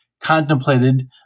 contemplated